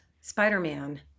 Spider-Man